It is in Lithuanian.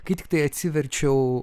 kai tiktai atsiverčiau